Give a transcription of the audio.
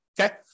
okay